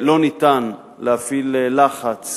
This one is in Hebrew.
לא ניתן להפעיל לחץ